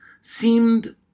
seemed